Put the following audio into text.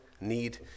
need